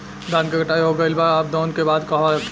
धान के कटाई हो गइल बा अब दवनि के बाद कहवा रखी?